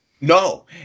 No